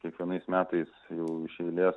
kiekvienais metais jau iš eilės